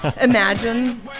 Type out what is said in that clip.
Imagine